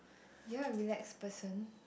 you are a relaxed person